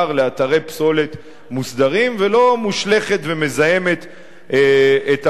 לאתרי פסולת מוסדרים ולא מושלכת ומזהמת את המדינה.